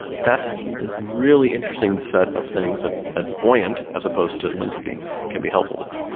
that's the really interesting set of things that buoyant, as opposed to and linkerd be can be helpful with,